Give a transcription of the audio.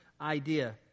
idea